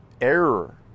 error